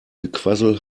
gequassel